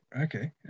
Okay